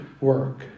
work